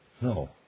No